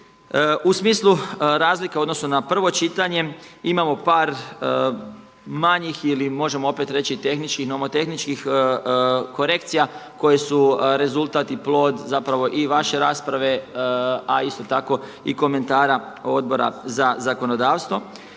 U smislu razlika u odnosu na prvo čitanje imamo par manjih ili možemo opet reći tehničkih, nomotehničkih korekcija koje su rezultat i plod zapravo i vaše rasprave a isto tako i komentara Odbora za zakonodavstvo.